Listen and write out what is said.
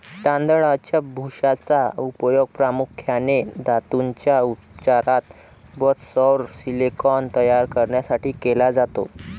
तांदळाच्या भुशाचा उपयोग प्रामुख्याने धातूंच्या उपचारात व सौर सिलिकॉन तयार करण्यासाठी केला जातो